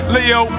Leo